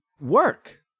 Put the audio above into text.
work